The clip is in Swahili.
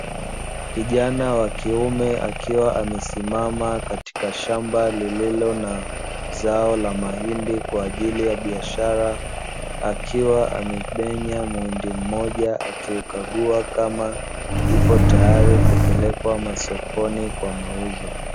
kijana wa kiume akiwa amesimama katika shamba lililo na zao la mahindi kwa ajili ya biashara, akiwa amemenya muhindi mmoja, akiukagua kama ipo tayari kupelekwa masokoni kwa mauzo.